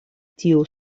tiu